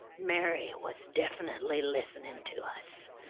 mary was definitely listening to us,